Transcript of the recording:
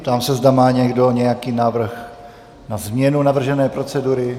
Ptám se, zda má někdo nějaký návrh na změnu navržené procedury.